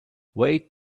wait